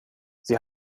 sie